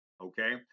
Okay